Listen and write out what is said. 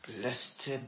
Blessed